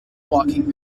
walking